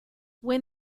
when